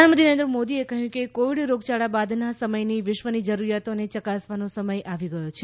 પ્રધાનમંત્રી નરેન્દ્ર મોદીએ કહ્યું કે કોવિડ રોગયાળા બાદના સમયની વિશ્વની જરૂરીયાતોને ચકાસવાનો સમય આવી ગયો છે